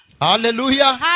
Hallelujah